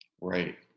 Right